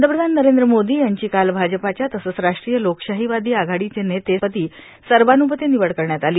पंतप्रधान नरेंद्र मोदी यांची काल भाजपाच्या तसंच राष्ट्रीय लोकशाहीवादी आघाडीचे नेतेपदी सर्वान्रमते निवड करण्यात आली